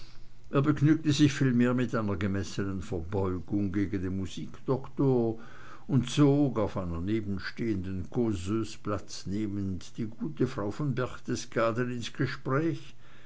begnügte sich vielmehr mit einer gemessenen verbeugung gegen den musikdoktor und zog auf einer nebenstehenden causeuse platz nehmend die gute frau von berchtesgaden ins gespräch